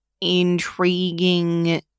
intriguing